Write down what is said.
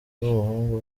n’umuhungu